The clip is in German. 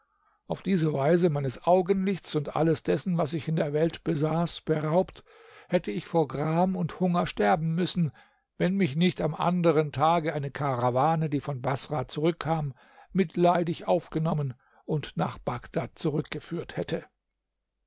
auf diese weise meines augenlichts und alles dessen was ich in der welt besaß beraubt hätte ich vor gram und hunger sterben müssen wenn mich nicht am anderen tage eine karawane die von baßrah zurückkam mitleidig aufgenommen und nach bagdad zurückgeführt hätte